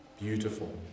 beautiful